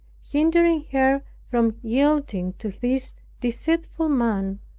hindering her from yielding to this deceitful man,